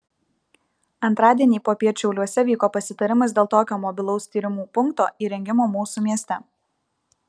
antradienį popiet šiauliuose vyko pasitarimas dėl tokio mobilaus tyrimų punkto įrengimo mūsų mieste